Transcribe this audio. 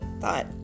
thought